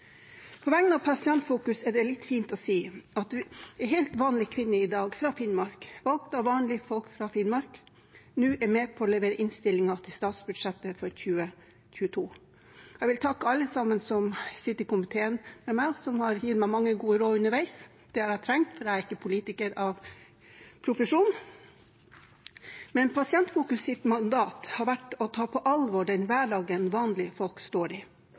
På vegne av Pasientfokus er det litt fint å si at en helt vanlig kvinne fra Finnmark, valgt av vanlige folk fra Finnmark, nå er med på å levere innstillingen til statsbudsjettet for 2022. Jeg vil takke alle sammen som sitter i komiteen med meg, og som har gitt meg mange gode råd underveis – det har jeg trengt, for jeg er ikke politiker av profesjon. Pasientfokus sitt mandat har vært å ta på alvor den hverdagen vanlige folk står i,